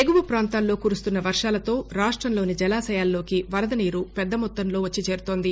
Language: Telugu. ఎగువ ప్రాంతాల్లో కురుస్తున్న వర్షాలతో రాష్ట్రంలోని జలాశయాల్లోకి వరద నీరు పెద్ద మొత్తంలో వచ్చి చేరుతోంది